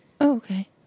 okay